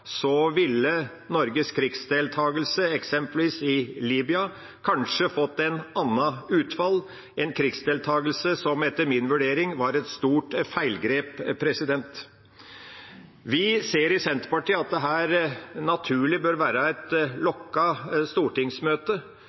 ville Norges krigsdeltakelse, eksempelvis i Libya, kanskje fått et annet utfall, en krigsdeltakelse som etter min vurdering var et stort feilgrep. Vi i Senterpartiet ser at det her naturlig bør være et lukket stortingsmøte.